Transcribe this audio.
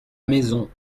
maison